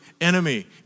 enemy